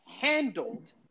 handled